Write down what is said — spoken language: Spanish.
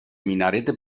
minarete